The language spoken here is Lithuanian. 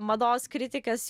mados kritikės